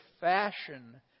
fashion